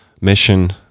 mission